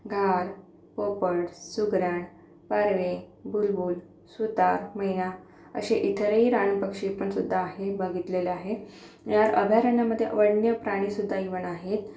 घार पोपट सुगरण पारवे बुलबुल सुतार मैना असे इतरही रानपक्षी पण सुद्धा आहेत बघितलेले आहे या अभयारण्यामध्ये वन्य प्राणीसुद्धा इव्हन आहेत